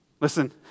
Listen